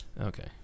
Okay